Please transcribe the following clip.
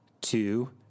two